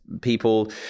people